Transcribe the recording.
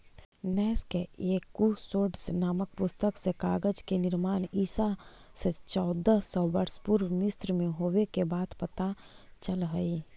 नैश के एकूसोड्स् नामक पुस्तक से कागज के निर्माण ईसा से चौदह सौ वर्ष पूर्व मिस्र में होवे के बात पता चलऽ हई